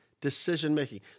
decision-making